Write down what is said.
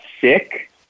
sick